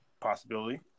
Possibility